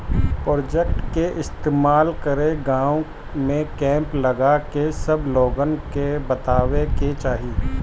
projector के इस्तेमाल कके गाँव में कैंप लगा के सब लोगन के बतावे के चाहीं